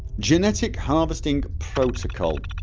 genetic harvesting protocol